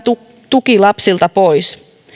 tuki lapsilta pois